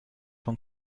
von